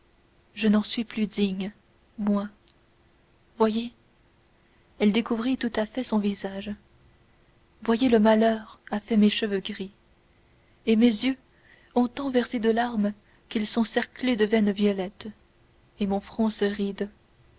je n'en suis plus digne moi voyez elle découvrit tout à fait son visage voyez le malheur a fait mes cheveux gris mes yeux ont tant versé de larmes qu'ils sont cerclés de veines violettes mon front se ride